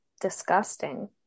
disgusting